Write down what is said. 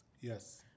Yes